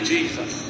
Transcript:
Jesus